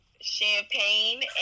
champagne